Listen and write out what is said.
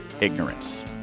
ignorance